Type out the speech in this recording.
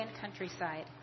countryside